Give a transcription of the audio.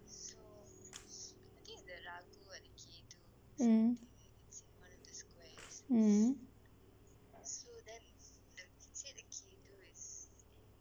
mm mm